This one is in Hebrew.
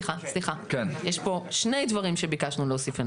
יש פה שני דברים שביקשנו להוסיף,